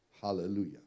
Hallelujah